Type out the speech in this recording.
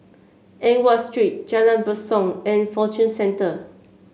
Eng Watt Street Jalan Basong and Fortune Centre